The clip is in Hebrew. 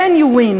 then you win.